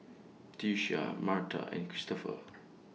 Tisha Marta and Christoper